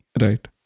Right